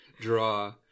draw